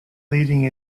leading